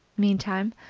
meantime,